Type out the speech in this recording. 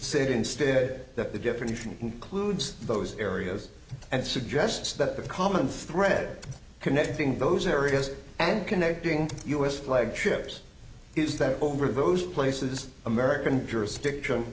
said instead that the definition includes those areas and suggests that the common thread connecting those areas and connecting us flagged ships is that over those places american jurisdiction